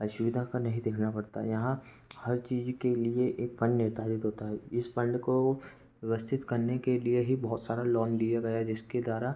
असुविधा का नहीं देखना पड़ता यहाँ हर चीज़ के लिए एक फंड निर्धारित होता है इस फंड को व्यवस्थित करने के लिए ही बहुत सारा लोन लिया गया है जिसके द्वारा